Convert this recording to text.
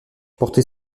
portez